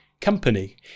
company